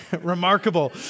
remarkable